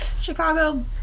Chicago